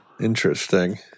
Interesting